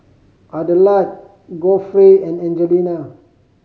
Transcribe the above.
Adelard Godfrey and Angelina